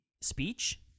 speech